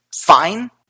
fine